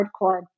hardcore